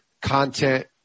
content